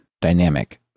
dynamic